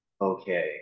okay